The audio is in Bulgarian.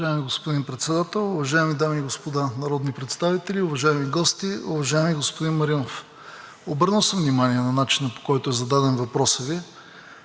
Уважаеми господин Председател, уважаеми дами и господа народни представители, уважаеми гости! Уважаеми господин Маринов, обърнал съм внимание на начина, по който е зададен въпросът Ви,